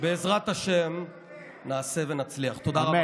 בעזרת השם נעשה ונצליח, תודה רבה.